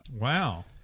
Wow